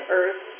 earth